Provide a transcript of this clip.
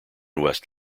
west